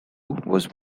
was